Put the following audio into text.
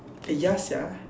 yes ya